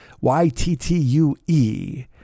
Y-T-T-U-E